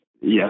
Yes